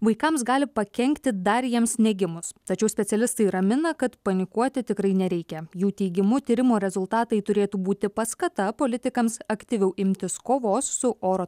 vaikams gali pakenkti dar jiems negimus tačiau specialistai ramina kad panikuoti tikrai nereikia jų teigimu tyrimo rezultatai turėtų būti paskata politikams aktyviau imtis kovos su oro